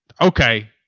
Okay